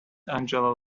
angela